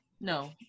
No